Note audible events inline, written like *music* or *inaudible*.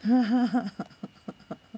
*laughs*